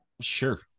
Sure